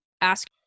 ask